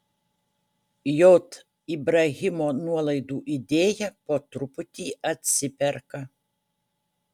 j ibrahimo nuolaidų idėja po truputį atsiperka